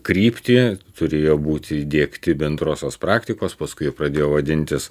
kryptį turėjo būti įdiegti bendrosios praktikos paskui jie pradėjo vadintis